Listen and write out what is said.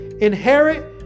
inherit